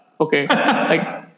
Okay